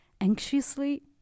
anxiously